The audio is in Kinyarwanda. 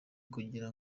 kugira